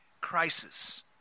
crisis